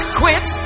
quit